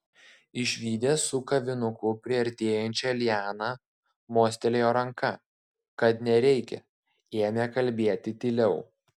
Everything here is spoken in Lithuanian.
išvydęs su kavinuku priartėjančią lianą mostelėjo ranka kad nereikia ėmė kalbėti tyliau